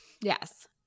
Yes